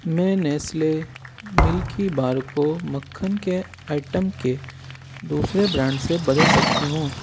میں Nestle Milkybar کو مکھن کے آئٹم کے دوسرے برانڈ سے بدل سکتی ہوں